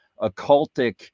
occultic